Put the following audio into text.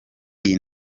iyi